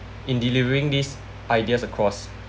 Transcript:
in delivering these ideas across